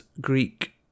Greek